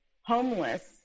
homeless